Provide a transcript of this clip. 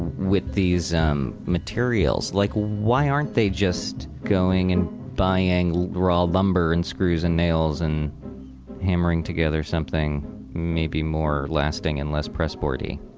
with these um materials, like, why aren't they just going and buying raw lumber and screws and nails and hammering together something maybe more lasting and less press-boardy?